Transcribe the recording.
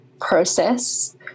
process